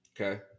Okay